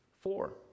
Four